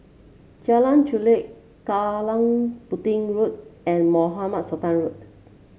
Jalan Chulek Kallang Pudding Road and Mohamed Sultan Road